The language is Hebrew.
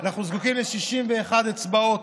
אנחנו זקוקים ל-61 אצבעות,